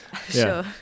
Sure